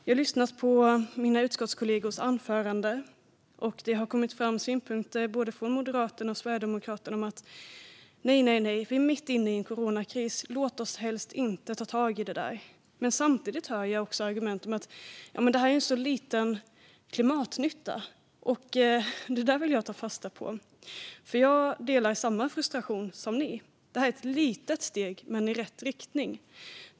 Jag har lyssnat på mina utskottskollegors anföranden, och det har kommit fram synpunkter från både Moderaterna och Sverigedemokraterna som går ut på att vi befinner oss mitt i en coronakris och att vi därför helst inte ska ta tag i detta. Samtidigt hör jag också argument om att det är fråga om så liten klimatnytta. Det där vill jag ta fasta på. Jag delar samma frustration som ni. Det här är ett litet steg, men i rätt riktning.